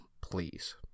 please